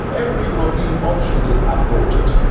every of these options is up-voted.